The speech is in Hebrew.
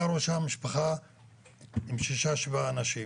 גרה שם משפחה עם שישה, שבעה אנשים,